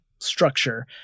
structure